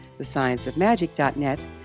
thescienceofmagic.net